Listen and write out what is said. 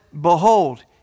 behold